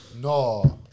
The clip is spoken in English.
no